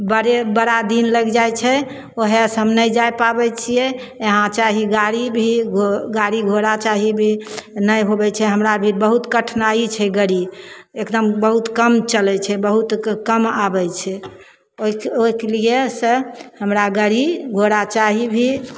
बड़े बड़ा दिन लागि जाइ छै वएहसे हम नहि जा पाबै छिए यहाँ चाही गाड़ी भी घो गाड़ी घोड़ा चाही भी नहि होबै छै हमरा भीर बहुत कठिनाइ छै गाड़ी एकदम बहुत कम चलै छै बहुत कम आबै छै ओहि ओहिकेलिए से हमरा गाड़ी घोड़ा चाही भी